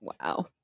Wow